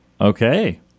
Okay